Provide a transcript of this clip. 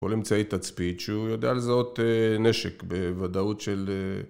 כל אמצעי תצפית שהוא יודע לזהות נשק בוודאות של...